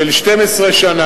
של 12 שנה,